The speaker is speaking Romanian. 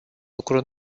lucru